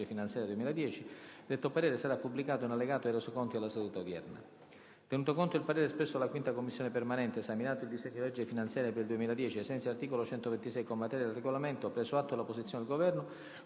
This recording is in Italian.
finanziaria 2010)». Detto parere sara pubblicato in allegato ai Resoconti della seduta odierna. Tenuto conto del parere espresso dalla 5ª Commissione permanente, esaminato il disegno di legge finanziaria per il 2010, ai sensi dell’articolo 126, comma 3, del Regolamento, preso atto della posizione del Governo,